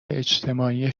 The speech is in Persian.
اجتماعی